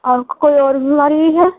آپ کو کوئی اور بیماری بھی ہے